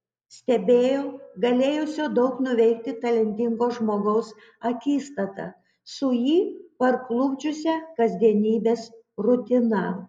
stebėjo galėjusio daug nuveikti talentingo žmogaus akistatą su jį parklupdžiusia kasdienybės rutina